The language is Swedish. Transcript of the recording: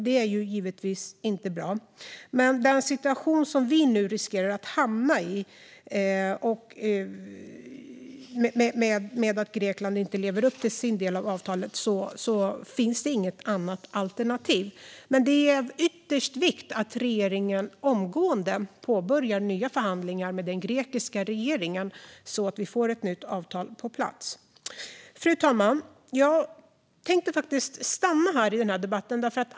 Det är givetvis inte bra. I den situation som vi nu är i, där Grekland inte lever upp till sin del av avtalet, finns det inget alternativ. Men det är av yttersta vikt att regeringen omgående påbörjar nya förhandlingar med den grekiska regeringen, så att vi får ett nytt avtal på plats. Fru talman! Jag tänkte stanna här i den här debatten.